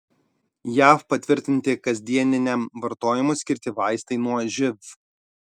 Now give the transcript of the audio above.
jav patvirtinti kasdieniniam vartojimui skirti vaistai nuo živ